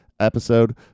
episode